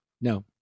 No